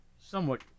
somewhat